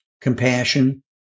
compassion